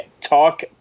Talk